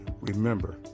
remember